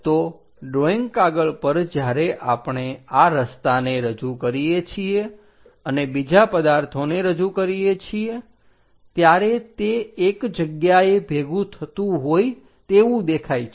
તો ડ્રોઈંગ કાગળ પર જ્યારે આપણે આ રસ્તાને રજૂ કરીએ છીએ અને બીજા પદાર્થોને રજુ કરીએ છીએ ત્યારે તે એક જગ્યાએ ભેગું થતું હોય તેવું દેખાય છે